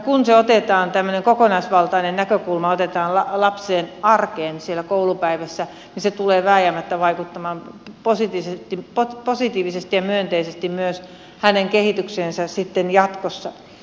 kun otetaan tämmöinen kokonaisvaltainen näkökulma lapsen arkeen siellä koulupäivässä niin se tulee vääjäämättä vaikuttamaan positiivisesti ja myönteisesti myös hänen kehitykseensä sitten jatkossa